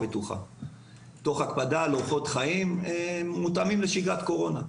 ובטוחה תוך הקפדה על אורחות חיים מותאמים לשגרת קורונה.